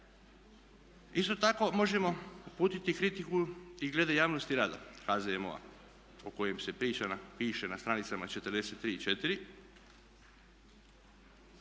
Isto tako možemo uputiti kritiku i glede javnosti rada HZMO-a o kojem se priča, piše na stranicama 43. i 44.